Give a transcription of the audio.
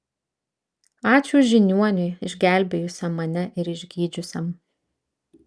ačiū žiniuoniui išgelbėjusiam mane ir išgydžiusiam